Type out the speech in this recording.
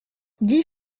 dix